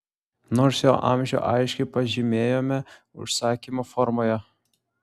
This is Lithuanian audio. nors jo amžių aiškiai pažymėjome užsakymo formoje